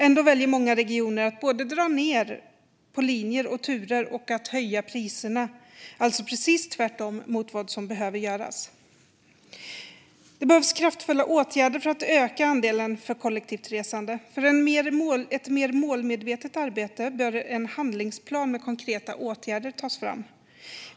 Ändå väljer många regioner att både dra ned på linjer och turer och höja priserna, alltså precis tvärtom mot vad som behöver göras. Det behövs kraftfulla åtgärder för att öka andelen kollektivt resande. För ett mer målmedvetet arbete bör en handlingsplan med konkreta åtgärder tas fram.